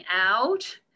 out